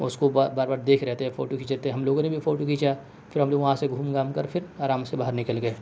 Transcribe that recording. اس کو بار بار دیکھ رہے تھے فوٹو کھینچ رہے تھے ہم لوگوں نے بھی فوٹو کھینچا پھر ہم لوگ وہاں سے گھوم گھام کر پھر آرام سے باہر نکل گیے